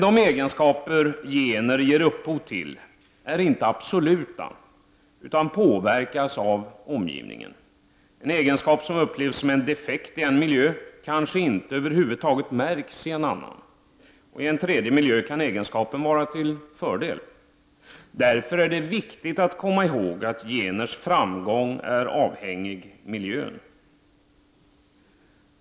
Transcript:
De egenskaper gener ger upphov till är inte absoluta utan påverkas av omgivningen. En egenskap, som upplevs som en defekt i en miljö, kanske inte alls märks i en annan. I en tredje miljö kan egenskapen vara till fördel. Därför är det viktigt att komma ihåg att geners framgång är avhängig miljön.